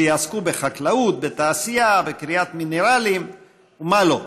שיעסקו בחקלאות, בתעשייה, בכריית מינרלים ומה לא.